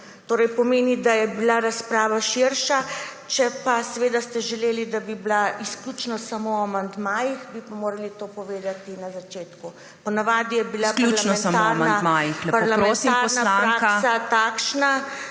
Torej pomeni, da je bila razprava širša. Če ste želeli, da bi bila izključno samo o amandmajih, bi pa morali to povedati na začetku. Po navadi je bila parlamentarna praksa takšna,